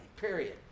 period